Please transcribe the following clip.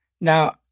Now